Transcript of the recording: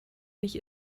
mich